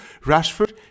Rashford